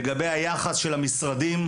לגבי היחס של המשרדים,